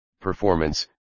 performance